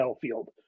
field